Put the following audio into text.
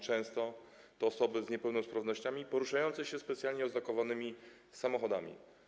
Często to osoby z niepełnosprawnościami poruszające się specjalnie oznakowanymi samochodami.